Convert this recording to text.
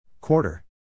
Quarter